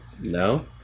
no